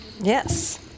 Yes